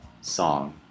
song